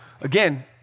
again